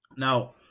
Now